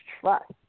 trust